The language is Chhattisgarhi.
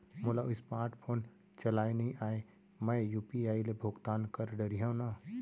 मोला स्मार्ट फोन चलाए नई आए मैं यू.पी.आई ले भुगतान कर डरिहंव न?